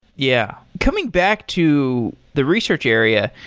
yeah. coming back to the research area,